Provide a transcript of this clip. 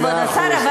כבוד השר,